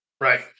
Right